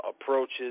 approaches